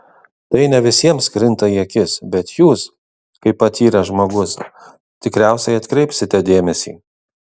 tai ne visiems krinta į akis bet jūs kaip patyręs žmogus tikriausiai atkreipsite dėmesį